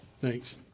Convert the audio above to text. Thanks